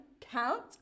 count